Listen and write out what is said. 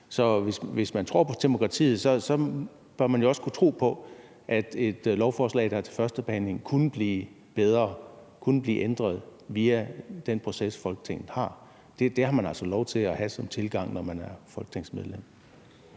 Så hvis man tror på demokratiet, bør man jo også kunne tro på, at et lovforslag, der er til førstebehandling, vil kunne blive bedre og vil kunne blive ændret via den proces, som Folketinget har. Den tilgang har man altså lov til at have, når man er folketingsmedlem.